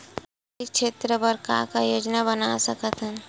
सामाजिक क्षेत्र बर का का योजना बना सकत हन?